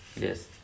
Yes